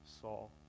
Saul